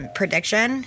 prediction